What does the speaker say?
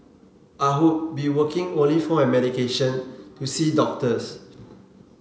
I hope be working only for my medication to see doctors